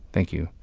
thank you.